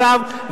אגב,